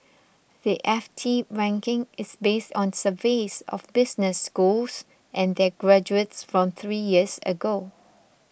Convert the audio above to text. the F T ranking is based on surveys of business schools and their graduates from three years ago